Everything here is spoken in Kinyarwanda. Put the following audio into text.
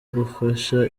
gufasha